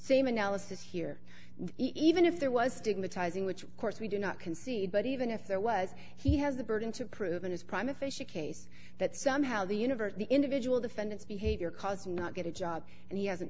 same analysis here even if there was stigmatizing which of course we do not concede but even if there was he has the burden to prove in his prime official case that somehow the universe the individual defendants behavior cause not get a job and he hasn't